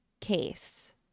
case